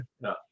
no